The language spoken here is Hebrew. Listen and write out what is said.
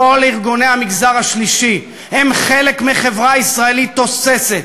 כל ארגוני המגזר השלישי הם חלק מחברה ישראלית תוססת.